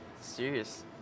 Serious